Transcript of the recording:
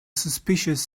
suspicious